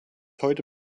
heute